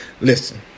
Listen